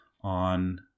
on